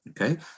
Okay